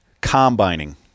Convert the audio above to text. Combining